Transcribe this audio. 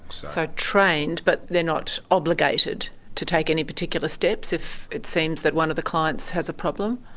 so trained, but they're not obligated to take any particular steps if it seems that one of the clients has a problem?